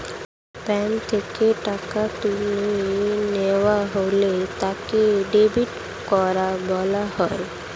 bank থেকে টাকা তুলে নেওয়া হলে তাকে ডেবিট করা বলা হয়